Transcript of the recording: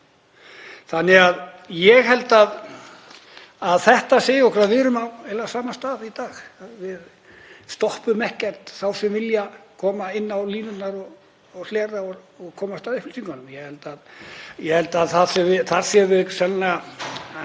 alltaf. Ég held að þetta segi okkur að við séum á sama stað í dag, við stoppum ekki þá sem vilja koma inn á línurnar og hlera og komast að upplýsingunum. Ég held að þar séum við sennilega